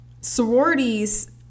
Sororities